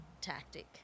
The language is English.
tactic